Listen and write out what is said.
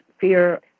fear